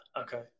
okay